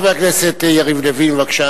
חבר הכנסת יריב לוין, בבקשה,